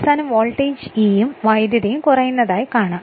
അവസാനം വോൾട്ടേജ് Eയും വൈദ്യുതിയും കുറയുന്നതായി കാണാം